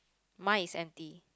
mine is empty